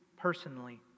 personally